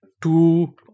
two